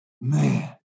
Man